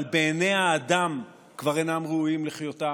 אבל בעיני האדם כבר אינם ראויים לחיותם,